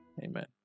Amen